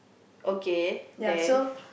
okay then